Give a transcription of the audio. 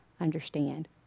understand